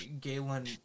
Galen